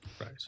Right